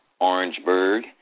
Orangeburg